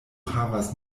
havas